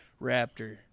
raptor